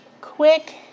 quick